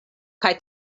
kaj